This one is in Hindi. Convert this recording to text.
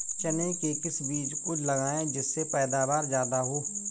चने के किस बीज को लगाएँ जिससे पैदावार ज्यादा हो?